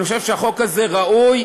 אני חושב שהחוק הזה ראוי.